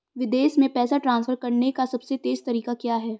विदेश में पैसा ट्रांसफर करने का सबसे तेज़ तरीका क्या है?